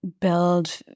build